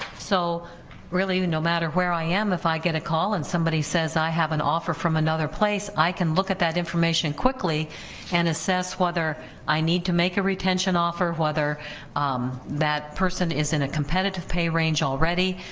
so really no matter where i am if i get a call and somebody says i have an offer from another place, i can look at that information quickly and assess whether i need to make a retention offer, whether that person is in a competitive pay range already,